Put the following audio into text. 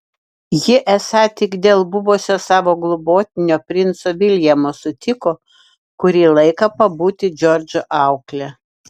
ji esą tik dėl buvusio savo globotinio princo viljamo sutiko kurį laiką pabūti džordžo aukle